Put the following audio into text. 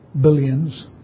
billions